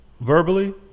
verbally